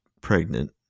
pregnant